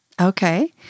Okay